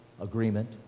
agreement